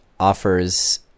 offers